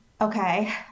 okay